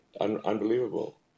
unbelievable